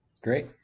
Great